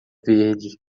verde